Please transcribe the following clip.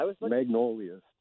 magnolias